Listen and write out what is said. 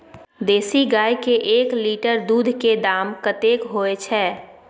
देसी गाय के एक लीटर दूध के दाम कतेक होय छै?